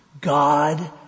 God